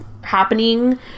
happening